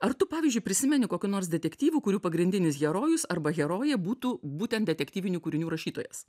ar tu pavyzdžiui prisimeni kokių nors detektyvų kurių pagrindinis herojus arba herojė būtų būtent detektyvinių kūrinių rašytojas